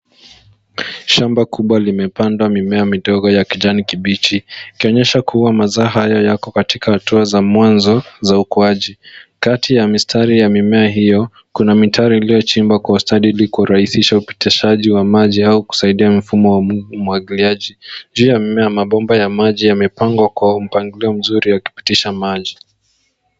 Shamba kubwa limepandwa mimea midogo ya kijani kibichi ikionyesha kuwa mazao haya yako katika hatua za mwanzo za ukuaji. Kati ya mistari ya mimea hiyo kuna mitaro iliyochimbwa kwa ustadi ili kurahisisha upitishaji wa maji au kusaidia mfumo wa umwagiliaji. Juu ya mmea mabomba ya maji yamepangwa kwa mpangilio mzuri wa kupitisha maji.